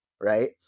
right